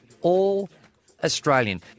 All-Australian